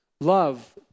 Love